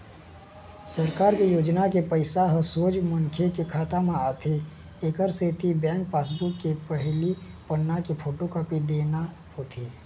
सरकार के योजना के पइसा ह सोझ मनखे के खाता म आथे एकर सेती बेंक पासबूक के पहिली पन्ना के फोटोकापी देना होथे